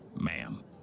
ma'am